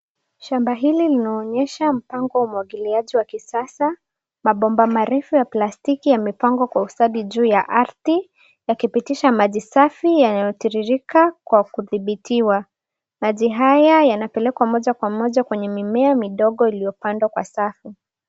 Shamba hili linaonyesha mpango wa umwagiliaji wa kisasa mabomba marefu ya plastiki yamepangwa kwa ustadi juu ya ardhi yaipitisha maji safi yanayotiririka kwa kudhibitiwa maji haya yanapelekwa moja kwa moja kwenye mimea midogo iliyopandwa kwa safu.